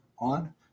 on